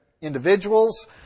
individuals